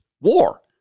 war